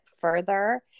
further